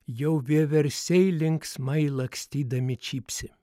jau vieversiai linksmai lakstydami čypsi